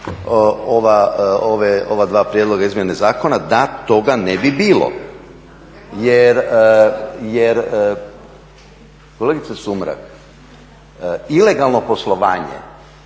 ova dva prijedloga izmjene zakona da toga ne bi bilo jer… Kolegice Sumrak, ilegalno poslovanje,